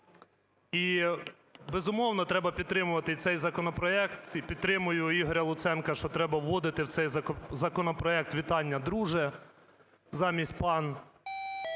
І, безумовно, треба підтримувати цей законопроект. І підтримаю Ігоря Луценка, що треба вводити в цей законопроект вітання "друже" замість "пан".